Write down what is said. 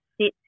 sit